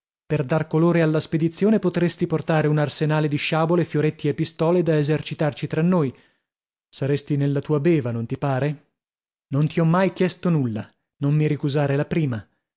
per dar colore alla spedizione potresti portare un arsenale di sciabole fioretti e pistole da esercitarci tra noi saresti nella tua beva non ti pare non ti ho mai chiesto nulla non mi ricusare la prima